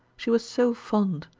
she was so fond,